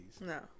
No